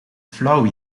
flauw